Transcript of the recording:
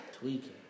Tweaking